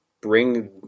bring